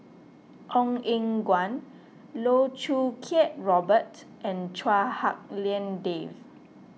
Ong Eng Guan Loh Choo Kiat Robert and Chua Hak Lien Dave